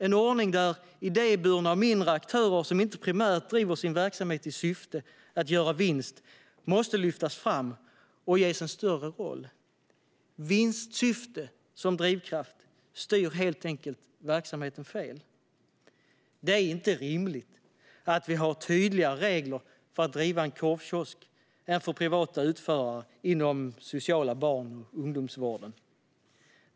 En ordning där idéburna och mindre aktörer som inte primärt driver sin verksamhet i syfte att göra vinst måste lyftas fram och ges en större roll. Vinstsyftet som drivkraft styr helt enkelt verksamheten fel. Det är inte rimligt att vi har tydligare regler för att driva en korvkiosk än för privata utförare inom den sociala barn och ungdomsvården.